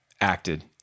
acted